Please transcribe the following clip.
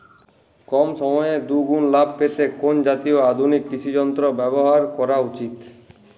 কম সময়ে দুগুন লাভ পেতে কোন জাতীয় আধুনিক কৃষি যন্ত্র ব্যবহার করা উচিৎ?